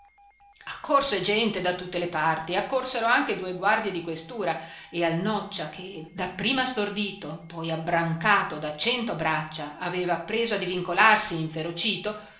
ladro accorse gente da tutte le parti accorsero anche due guardie di questura e al noccia che dapprima stordito poi abbrancato da cento braccia aveva preso a divincolarsi inferocito